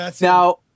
Now